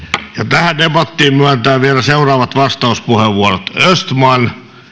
tähän debattiin myönnetään vielä seuraavat vastauspuheenvuorot östman